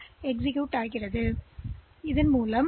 எனவே இது தேவைப்படும் மற்றொரு மெமரி அணுகல்